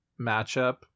matchup